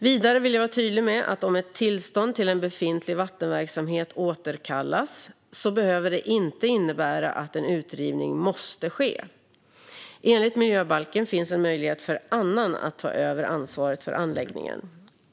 Vidare vill jag vara tydlig med att om ett tillstånd till en befintlig vattenverksamhet återkallas behöver det inte innebära att en utrivning måste ske. Enligt miljöbalken finns en möjlighet för annan att ta över ansvaret för anläggningen.